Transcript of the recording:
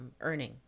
earning